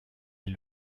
est